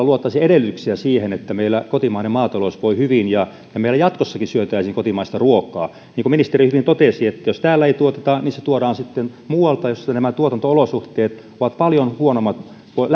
luotaisiin edellytyksiä siihen että meillä kotimainen maatalous voi hyvin ja ja meillä jatkossakin syötäisiin kotimaista ruokaa ovat valitettavasti osalla puolueista päinvastaisia niin kuin ministeri hyvin totesi jos täällä ei tuoteta niin se tuodaan sitten muualta jossa nämä tuotanto olosuhteet ovat lähtökohtaisesti paljon huonommat kuin